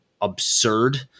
absurd